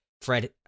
Fred